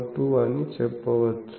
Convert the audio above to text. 212 అని చెప్పవచ్చు